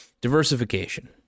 Diversification